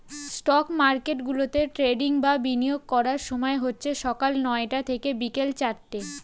stock মার্কেটগুলোতে trading বা বিনিয়োগ করার সময় হচ্ছে সকাল নয়টা থেকে বিকেল চারটে